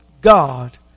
God